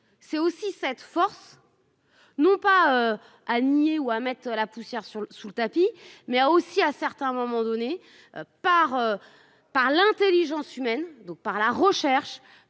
C'est aussi cette force. Non pas à nier ou à mettre la poussière sous le sous le tapis mais a aussi à certains moments donnés par. Par l'Intelligence humaine donc par la recherche